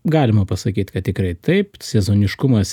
galima pasakyt kad tikrai taip sezoniškumas